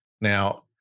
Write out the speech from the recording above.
Now